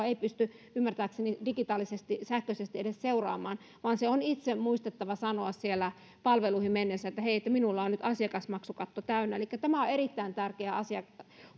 ei pysty ymmärtääkseni digitaalisesti sähköisesti edes seuraamaan vaan on itse muistettava sanoa palveluihin mennessään että hei minulla on nyt asiakasmaksukatto täynnä elikkä tämä on erittäin tärkeä asia niin